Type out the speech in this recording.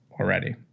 already